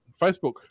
Facebook